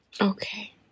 Okay